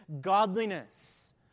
godliness